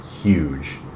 huge